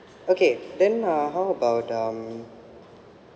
okay then uh how about um